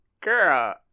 girl